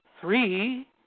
three